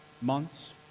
months